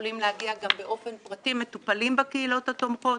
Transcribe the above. יכולים להגיע גם באופן פרטי מטופלים בקהילות התומכות.